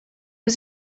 was